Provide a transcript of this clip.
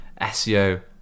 SEO